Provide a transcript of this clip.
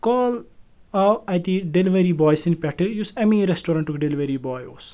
کال آو اَتہِ delivery boy سٕنٛدۍ پٮ۪ٹھہٕ یُس اَمے ریٚسٹورَنٹُک ڈیٚلؤری بواے اوٗس